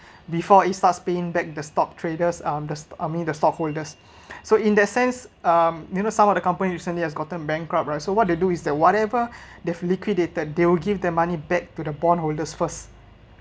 before it start paying back the stock traders um the I mean the stockholders so in that sense um you know some of the company recently has gotten bankrupt right so what they do is that whatever they've liquidated they'll give their money back to the bondholders first